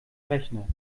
rechner